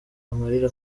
amarira